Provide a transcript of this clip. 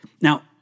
Now